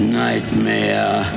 nightmare